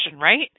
right